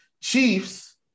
Chiefs